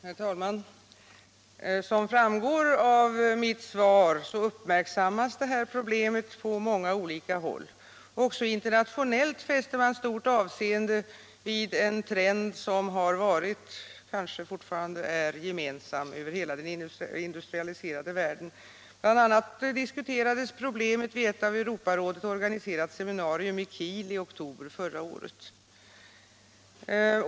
Herr talman! Som framgår av mitt svar uppmärksammas det här problemet på många olika håll. Också internationellt fäster man stort avseende vid en trend som har varit och kanske fortfarande är gemensam över hela den industrialiserade världen. BI. a. diskuterades problemen vid ett av Europarådet organiserat seminarium i Kiel i oktober förra året.